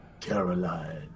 Caroline